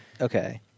Okay